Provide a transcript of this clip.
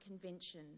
Convention